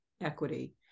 equity